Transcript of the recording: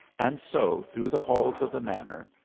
and so through the halls of the manor,